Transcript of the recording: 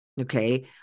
Okay